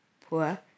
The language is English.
poor